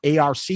ARC